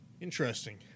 Interesting